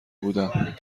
بودم